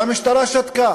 והמשטרה שתקה.